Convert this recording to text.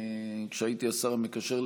כשהייתי השר המקשר,